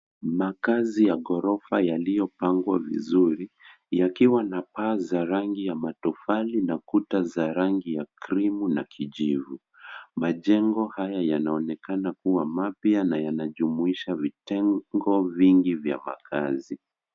Makaazi ya ghorofa yaliyopangwa vizuri, yakiwa na paa za rangi ya matofali na kuta za rangi ya cream na kijivu. Majengo haya yanaonekana kuwa mapya na yanajumuisha vitengo vingi vya makaazi.